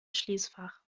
schließfach